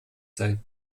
sein